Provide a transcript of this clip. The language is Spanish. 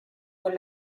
con